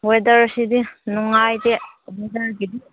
ꯋꯦꯗꯔꯁꯤꯗꯤ ꯅꯨꯡꯉꯥꯏꯇꯦ ꯋꯦꯗꯔꯒꯤꯗꯤ